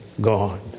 God